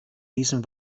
diesem